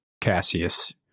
Cassius